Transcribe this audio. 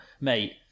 mate